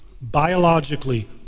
Biologically